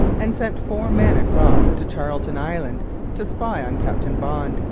and sent four men across to charlton island to spy on captain bond,